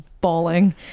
bawling